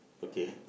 okay